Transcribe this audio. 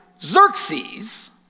Xerxes